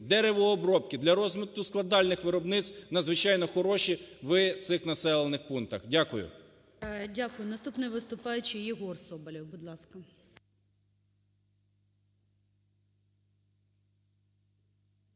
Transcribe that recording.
деревообробки для розвитку складальних виробництв надзвичайно хороші у цих населених пунктах. Дякую. ГОЛОВУЮЧИЙ. Дякую. Наступний виступаючий Єгор Соболєв. Будь ласка.